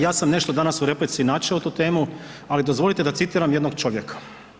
Ja sam nešto danas u replici načeo tu temu, ali dozvolite da citiram jednog čovjeka.